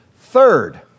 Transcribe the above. Third